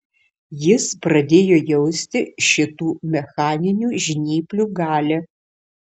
jis pradėjo jausti šitų mechaninių žnyplių galią